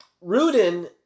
Rudin